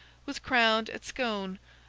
was crowned at scone,